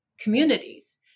communities